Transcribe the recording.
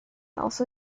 also